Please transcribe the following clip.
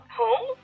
home